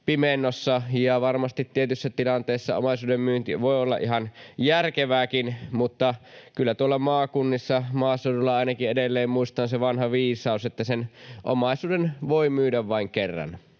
pimennossa, ja varmasti tietyissä tilanteissa omaisuuden myynti voi olla ihan järkevääkin, mutta kyllä ainakin tuolla maakunnissa, maaseudulla, edelleen muistetaan se vanha viisaus, että sen omaisuuden voi myydä vain kerran